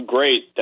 Great